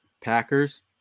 Packers